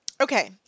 Okay